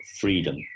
freedom